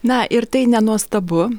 na ir tai nenuostabu